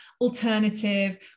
alternative